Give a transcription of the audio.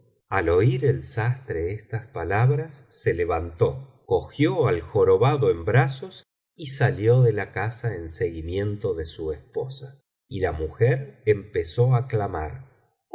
al oír el sastre estas palabras se levantó cosió biblioteca valenciana generalitat valenciana historia del jorobado al jorobado en brazos y salió de la casa en seguimiento de su esposa y la mujer empezó á clamar